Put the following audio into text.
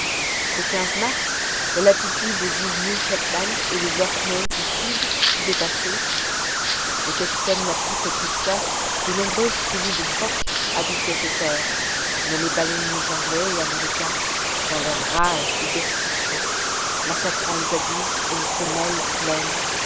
le mars la latitude des îles new shetland et des orkney du sud fut dépassée le capitaine m'apprit qu'autrefois de nombreuses tribus de phoques habitaient ces terres mais les baleiniers anglais et américains dans leur rage de destruction massacrant les adultes et les femelles pleines